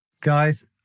Guys